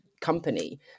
company